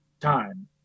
time